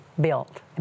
built